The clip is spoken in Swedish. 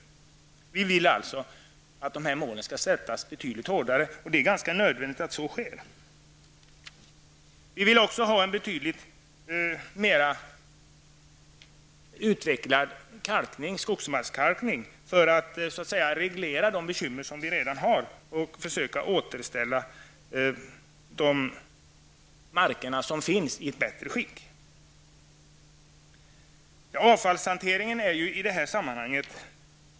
Vi vill alltså att dessa mål skall sättas betydligt hårdare. Det är nödvändigt att så sker. Vi vill också ha en betydligt mer utvecklad skogsmarkskalkning för att reglera de bekymmer som vi redan har och försöka att återställa dessa marker i ett bättre skick. Avfallshanteringen är central i det här sammanhanget.